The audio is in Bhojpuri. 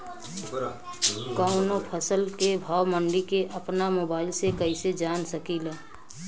कवनो फसल के भाव मंडी के अपना मोबाइल से कइसे जान सकीला?